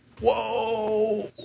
Whoa